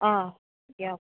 অঁ দিয়ক